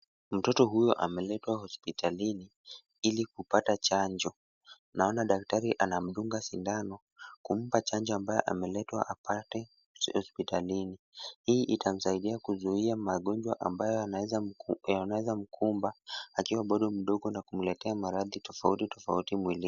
Mtoto huyu ameletwa hospitalini ili kupata chanjo. Naona daktari anamdunga sindano kumpa chanjo ambayo ameletwa apate hospitalini. Hii itamsaidia kuzuia magonjwa ambayo yanaweza mkumba akiwa bado mdogo na kumletea maradhi tofauti tofauti mwilini.